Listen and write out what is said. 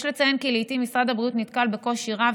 יש לציין כי לעיתים משרד הבריאות נתקל בקושי רב